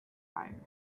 fire